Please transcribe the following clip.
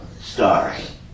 stars